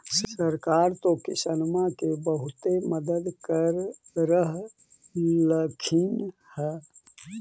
सरकार तो किसानमा के बहुते मदद कर रहल्खिन ह?